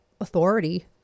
authority